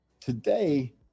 Today